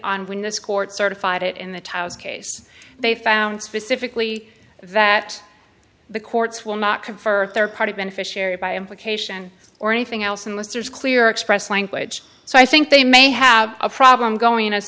on when this court certified it in the taos case they found specifically that the courts will not come for a third party beneficiary by implication or anything else and lister's clear express language so i think they may have a problem going as